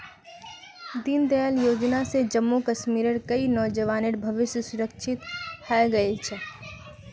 दीनदयाल योजना स जम्मू कश्मीरेर कई नौजवानेर भविष्य सुरक्षित हइ गेल छ